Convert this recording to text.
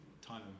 time